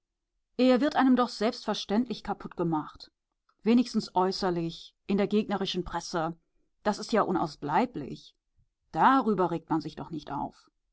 er wird einem doch selbstverständlich kaputt gemacht wenigstens äußerlich in der gegnerischen presse das ist ja unausbleiblich darüber regt man sich doch nicht auf